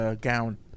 gown